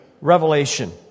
revelation